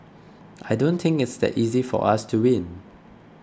I don't think it's that easy for us to win